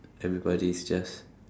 everybody is just